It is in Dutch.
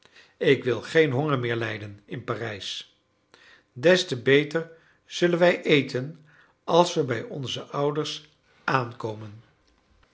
ik wil geen honger meer lijden in parijs des te beter zullen wij eten als we bij onze ouders aankomen